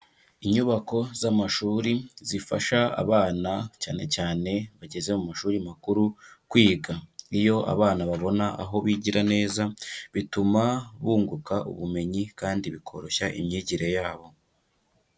Inyubako z'amashuri, zifasha abana cyane cyane bageze mu mashuri makuru kwiga, iyo abana babona aho bigira neza, bituma bunguka ubumenyi kandi bikoroshya imyigire yabo.